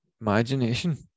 imagination